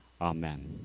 Amen